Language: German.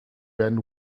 werden